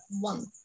one